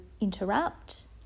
interrupt